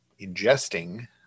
ingesting